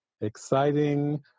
exciting